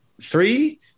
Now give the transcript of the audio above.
Three